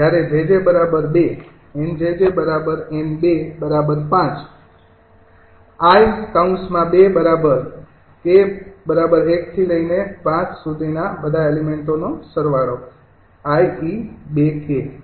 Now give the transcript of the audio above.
જ્યારે 𝑗𝑗૨ 𝑁𝑗𝑗𝑁૨૫